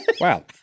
Wow